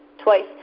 twice